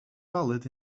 valid